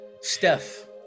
Steph